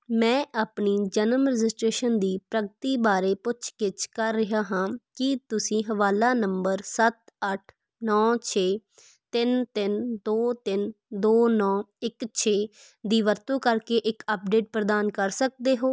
ਮੈਂ ਆਪਣੀ ਜਨਮ ਰਜਿਸਟ੍ਰੇਸ਼ਨ ਦੀ ਪ੍ਰਗਤੀ ਬਾਰੇ ਪੁੱਛ ਗਿੱਛ ਕਰ ਰਿਹਾ ਹਾਂ ਕੀ ਤੁਸੀਂ ਹਵਾਲਾ ਨੰਬਰ ਸੱਤ ਅੱਠ ਨੌਂ ਛੇ ਤਿੰਨ ਤਿੰਨ ਦੋ ਤਿੰਨ ਦੋ ਨੌਂ ਇੱਕ ਛੇ ਦੀ ਵਰਤੋਂ ਕਰਕੇ ਇੱਕ ਅੱਪਡੇਟ ਪ੍ਰਦਾਨ ਕਰ ਸਕਦੇ ਹੋ